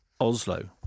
Oslo